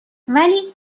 ولی